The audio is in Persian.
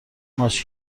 ماچ